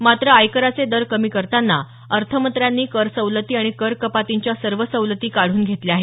मात्र आयकराचे दर कमी करताना अर्थमंत्र्यांनी करसवलती आणि कर कपातींच्या सर्व सवलती काढून घेतल्या आहेत